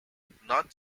not